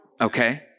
Okay